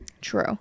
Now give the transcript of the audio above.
True